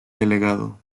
delegado